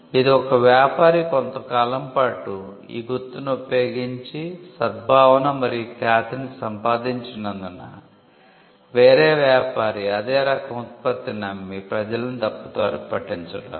ఇది ఒక వ్యాపారి కొంతకాలం పాటు ఈ గుర్తును ఉపయోగించి సద్భావన మరియు ఖ్యాతిని సంపాదించినందున వేరే వ్యాపారి అదే రకం ఉత్పత్తిని అమ్మి ప్రజలను తప్పుదారి పట్టించరాదు